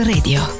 Radio